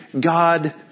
God